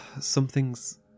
Something's